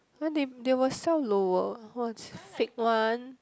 when they they will sell lower what fake one